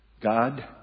God